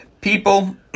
people